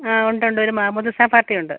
ആ ഉണ്ട് ഉണ്ട് ഒരു മാമോദീസ പാർട്ടിയുണ്ട്